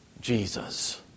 Jesus